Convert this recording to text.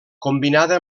combinada